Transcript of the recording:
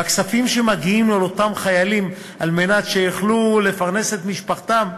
והכספים שמגיעים לאותם חיילים כדי שיוכלו לפרנס את משפחתם מעוקלים.